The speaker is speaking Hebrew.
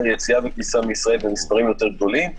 יציאה וכניסה מישראל במספרים יותר גדולים,